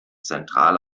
zentral